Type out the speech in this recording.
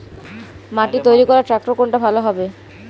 মাটি তৈরি করার ট্রাক্টর কোনটা ভালো হবে?